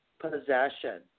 possession